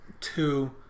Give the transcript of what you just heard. two